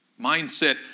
Mindset